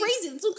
crazy